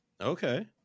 Okay